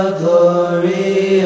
glory